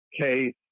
case